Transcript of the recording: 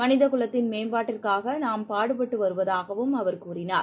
மனிதகுலத்தின் மேம்பாட்டிற்காகநாம் பாடுபட்டுவருவதாகவும் அவர் கூறினார்